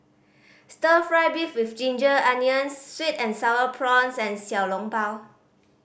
Stir Fry beef with ginger onions sweet and Sour Prawns and Xiao Long Bao